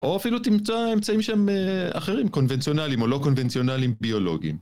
או אפילו תמצא אמצעים שהם אחרים, קונבנציונליים או לא קונבנציונליים ביולוגיים.